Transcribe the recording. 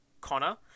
Connor